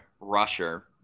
rusher